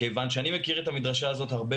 כיוון שאני מכיר את המדרשה הזאת הרבה